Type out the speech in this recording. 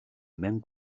mewn